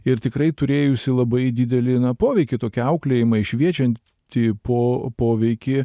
ir tikrai turėjusi labai didelį na poveikį tokie auklėjimai šviečiant ti po poveikį